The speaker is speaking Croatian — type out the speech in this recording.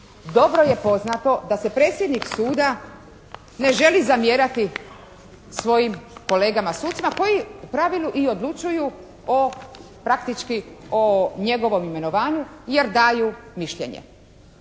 Dobro je poznato da se predsjednik suda ne želi zamjerati svojim kolegama sucima koji u pravilu i odlučuju o praktički o njegovom imenovanju jer daju mišljenje